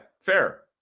fair